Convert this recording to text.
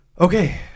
Okay